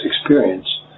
experience